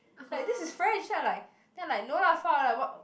like this is French then I like then I like no lah like what